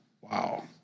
Wow